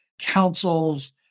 councils